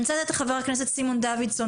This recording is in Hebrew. אני רוצה לתת לחבר הכנסת סימון דוידסון